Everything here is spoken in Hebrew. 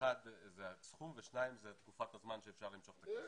האחד הוא הסכום והשני זאת תקופת הזמן שאפשר למשוך את הכסף.